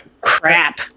Crap